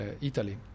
Italy